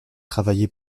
travaillé